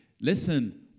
Listen